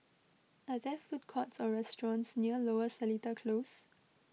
are there food courts or restaurants near Lower Seletar Close